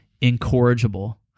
incorrigible